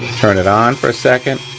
turn it on for a second,